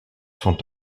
sont